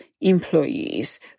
employees